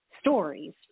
stories